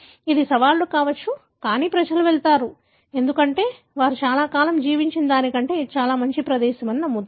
ఇది సవాళ్లు కావచ్చు కానీ ప్రజలు వెళ్తారు ఎందుకంటే వారు చాలా కాలం జీవించిన దానికంటే ఇది మంచి ప్రదేశం అని నమ్ముతారు